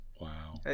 Wow